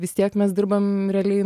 vis tiek mes dirbam realiai